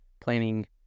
planning